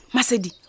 Masedi